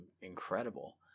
incredible